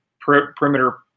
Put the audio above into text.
perimeter